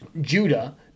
Judah